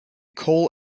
coal